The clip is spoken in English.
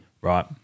right